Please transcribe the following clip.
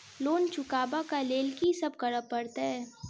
Loan चुका ब लैल की सब करऽ पड़तै?